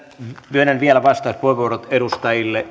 myönnän vielä vastauspuheenvuorot edustajille